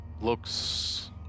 looks